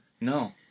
No